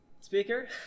speaker